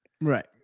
right